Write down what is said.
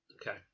Okay